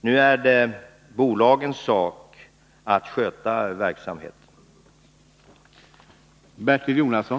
Nu är det bolagens sak att sköta verksamheten.